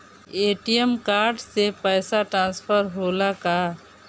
ATM card से पैसा transfer होला का?